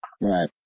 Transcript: Right